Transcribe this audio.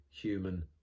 human